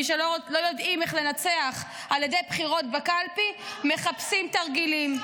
מי שלא יודעים איך לנצח על ידי בחירות בקלפי מחפשים תרגילים.